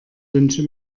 wünsche